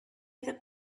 that